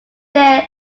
there